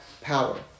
power